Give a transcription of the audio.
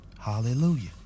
Hallelujah